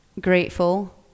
Grateful